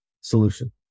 solution